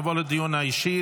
נעבור לדיון האישי.